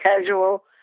casual